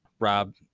Rob